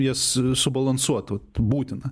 jas subalansuot vat būtina